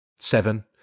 Seven